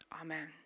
Amen